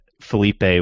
Felipe